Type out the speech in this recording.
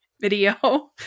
video